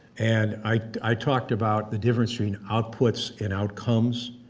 and i talked about the difference between outputs and outcomes,